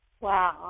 Wow